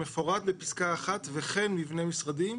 המפורט בפסקה 1 וכן מבני משרדים.